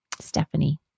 Stephanie